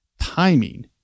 timing